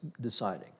deciding